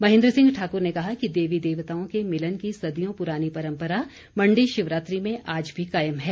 महेंद्र सिंह ठाकुर ने कहा कि देवी देवताओं के मिलन की सदियों पुरानी परंपरा मंडी शिवरात्रि में आज भी कायम है